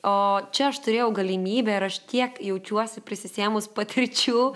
o čia aš turėjau galimybę ir aš tiek jaučiuosi prisiėmus patirčių